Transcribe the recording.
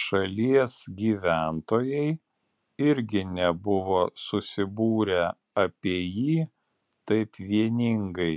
šalies gyventojai irgi nebuvo susibūrę apie jį taip vieningai